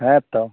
ᱦᱮᱛᱳ